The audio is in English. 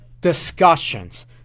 discussions